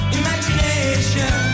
imagination